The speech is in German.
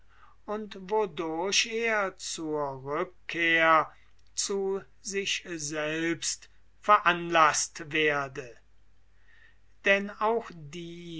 wodurch er zur rückkehr zu sich selbst veranlaßt werde denn auch die